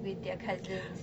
with their cousins